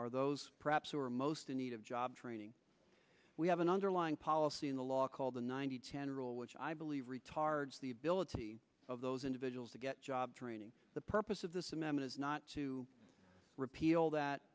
are those perhaps who are most in need of job training we have an underlying policy in the law called the ninety chandra which i believe retards the ability of those individuals to get job training the purpose of this amendment is not to repeal that